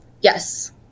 Yes